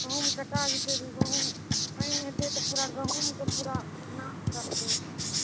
गहूँम कटा जेतै गहूँम पानि हेतै तऽ पूरा गहूँम के पूरा नास करतै